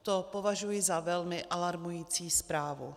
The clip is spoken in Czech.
To považuji za velmi alarmující zprávu.